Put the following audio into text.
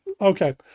Okay